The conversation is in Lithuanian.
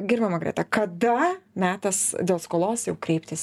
gerbiama greta kada metas dėl skolos jau kreiptis